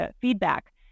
feedback